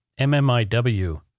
MMIW